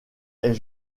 est